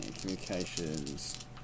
communications